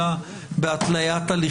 אני מניחה שאני לא צריכה